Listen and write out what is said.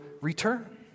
return